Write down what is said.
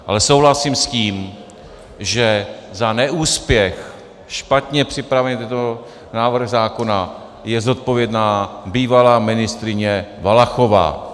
Ale souhlasím s tím, že za neúspěch špatně připraveného návrhu zákona je zodpovědná bývalá ministryně Valachová.